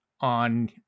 on